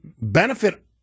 benefit